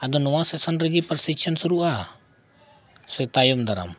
ᱟᱫᱚ ᱱᱚᱣᱟ ᱨᱮᱜᱮ ᱯᱟᱨᱥᱤᱪᱷᱚᱱ ᱥᱩᱨᱩᱜᱼᱟ ᱥᱮ ᱛᱟᱭᱚᱢ ᱫᱟᱨᱟᱢ